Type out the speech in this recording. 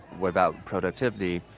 what about productivity?